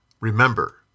Remember